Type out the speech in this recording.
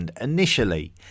initially